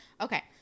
Okay